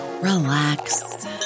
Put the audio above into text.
relax